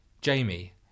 Jamie